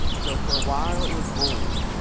so, for a while, it was bullying.